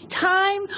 time